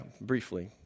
briefly